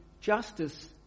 justice